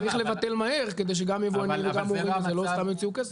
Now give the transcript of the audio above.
צריך לבטל מהר כדי שגם יבואנים וגם הורים לא סתם יוציאו כסף.